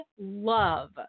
love